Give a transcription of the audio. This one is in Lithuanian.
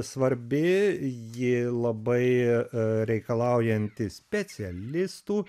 svarbi ji labai reikalaujanti specialistų